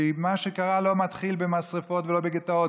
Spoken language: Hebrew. כי מה שקרה לא מתחיל במשרפות ולא בגטאות,